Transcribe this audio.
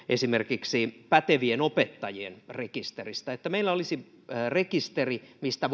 esimerkiksi pätevien opettajien rekisteristä siitä että meillä olisi rekisteri mistä